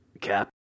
Cap